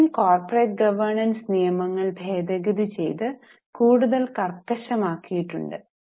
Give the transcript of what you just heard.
ഇന്ത്യയിലും corporate governance നിയമങ്ങൾ ഭേദഗതി ചെയ്തു കൂടുതൽ കർക്കശമാക്കിയിട്ടുണ്ട്